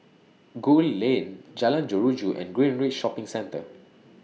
Gul Lane Jalan Jeruju and Greenridge Shopping Centre